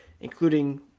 including